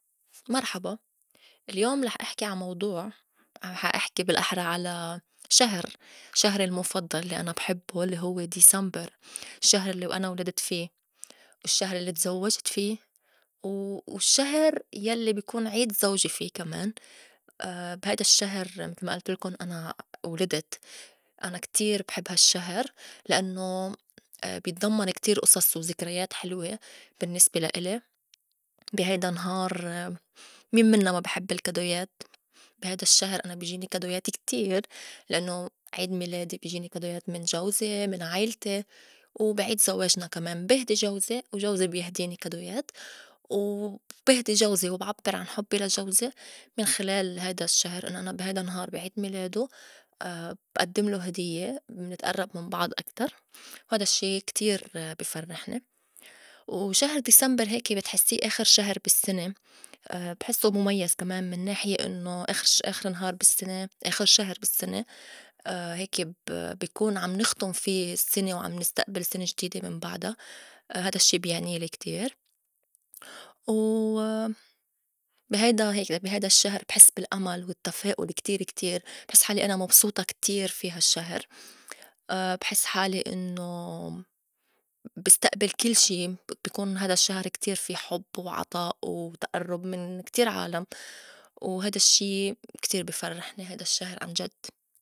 مرحبا اليوم لح احكي عا موضوع حا أحكي بالأحرى على شهر شهري المُفضّل الّي أنا بحبّو اللّي هوّ December الشّهر الّي أنا ولدت في، والشّهر الّي تزوّجت في، و والشّهر يلّي بيكون عيد زوجي في كمان، بي هيدا الشّهر متل ما ألتلكُن أنا ولِدِت أنا كتير بحب هالشّهر لأنّو بيتضمّن كتير أصص وزكريات حلوة بالنّسبة لألي، بي هيدا النهار مين منّا ما بي حب الكادويات بي هيدا الشّهر أنا بيجيني كادويات كتير لأنّو عيد ميلادي بيجيني كادويات من جوزي من عيلتي وبعيد زواجنا كمان بهدي جوزي وجوزي بيهديني كادويات، و بهدي جوزي وبعبّر عن حبّي لا جوزي من خلال هيدا الشّهر إنّو أنا بي هيدا النهار بي عيد ميلادو بئدّملو هديّة منتئرّب من بعض أكتر وهيدا الشّي كتير بي فرّحني، وشهر December هيك بتحسّي آخر شهر بالسّنة بحسّو مُميّز كمان من ناحية إنّو آخر ش آخر نهار بالسّنة، آخر شهر بالسّنة هيكي ب- بيكون عم نختُم في سنة وعم نستقبل سنة جديدة من بعدا هيدا الشّي بيعنيلي كتير، و بي هيدا هيك بي هيدا الشّهر بحس بالأمل والتّفاؤل كتير كتير بحس حالي أنا مبسوطة كتير في هالشّهر بحس حالي إنّو بستئبل كل شي بكون هيدا الشّهر كتير في حب وعطاء وتئرُّب من كتير عالم وهيدا الشّي كتير بي فرّحني هيدا الشّهر عنجد.